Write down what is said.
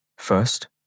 First